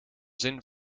zin